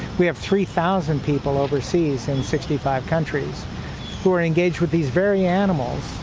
we have three thousand people overseas in sixty five countries who are engaged with these very animals,